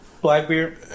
Blackbeard